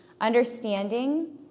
understanding